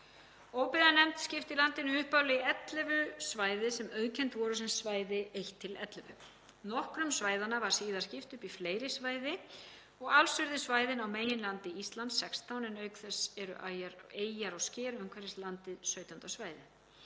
Óbyggðanefnd skipti í landinu upphaflega í 11 svæði sem auðkennd voru sem svæði 1–11. Nokkrum svæðanna var síðar skipt upp í fleiri svæði og alls urðu svæðin á meginlandi Íslands 16, en auk þess eru eyjar og sker umhverfis landið 17. svæðið.